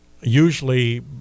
usually